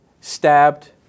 stabbed